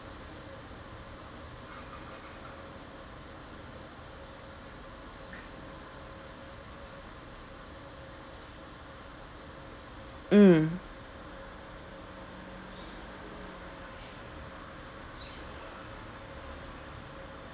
mm